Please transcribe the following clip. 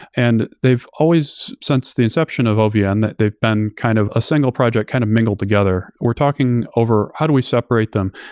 and they've always since the inception of ovn yeah and that they've been kind of a single project kind of mingled together. we're talking over how do we separate them,